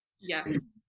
Yes